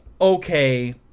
okay